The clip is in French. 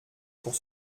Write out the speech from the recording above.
pour